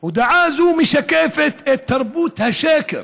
הודעה זו משקפת את תרבות השקר